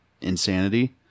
insanity